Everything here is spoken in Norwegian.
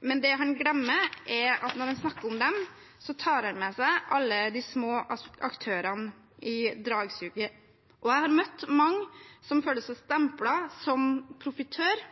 men det han glemmer er at når han snakker om dem, tar han med seg alle de små aktørene i dragsuget. Jeg har møtt mange som føler seg stemplet som profitør,